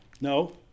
No